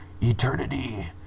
Eternity